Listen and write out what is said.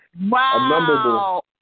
wow